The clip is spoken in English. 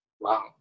Wow